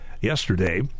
yesterday